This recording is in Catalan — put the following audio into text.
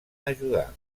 ajudar